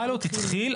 הפיילוט התחיל,